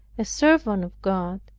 a servant of god,